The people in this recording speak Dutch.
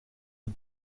het